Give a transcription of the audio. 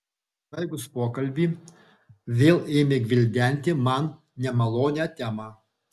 baigus pokalbį vėl ėmė gvildenti man nemalonią temą